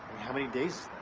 how many days